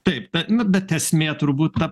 taip bet nu esmė turbūt ta